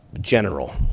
general